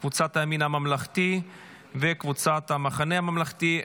קבוצת הימין הממלכתי וקבוצת המחנה הממלכתי.